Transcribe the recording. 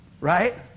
Right